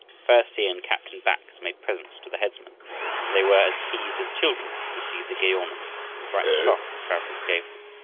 first he and captain bax made presents to the headmen and they were as pleased as children to receive the gay ornaments and bright cloth the travelers gave them.